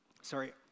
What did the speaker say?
Sorry